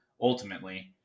ultimately